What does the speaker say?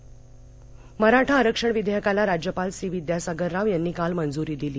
मराठा आरक्षण मराठा आरक्षण विधेयकाला राज्यपाल सी विद्यासागर राव यांनी काल मंजूरी दिली